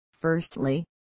Firstly